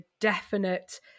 definite